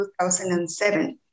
2007